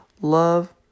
love